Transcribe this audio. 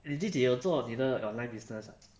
你自己有做你的 online business ah